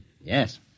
Yes